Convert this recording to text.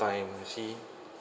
time see